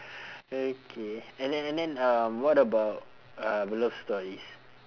okay and then and then um what about uh love stories